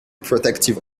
protective